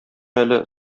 әле